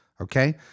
Okay